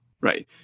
right